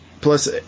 Plus